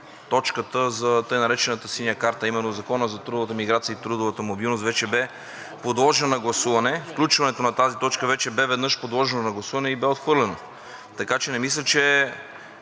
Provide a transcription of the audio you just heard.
точката за така наречената Синя карта, а именно Законът за трудовата миграция и трудовата мобилност вече бе подложена на гласуване. Включването на тази точка вече бе веднъж подложено на гласуване и бе отхвърлено, така че не мисля, че